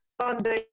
Sunday